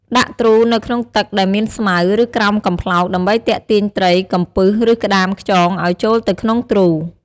ដាក់ទ្រូនៅក្នុងទឹកដែលមានស្មៅ ឬក្រោមកំប្លោក ដើម្បីទាក់ទាញត្រី កំពឹស ឬក្ដាមខ្យងឲ្យចូលទៅក្នុងទ្រូ។